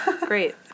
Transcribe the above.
Great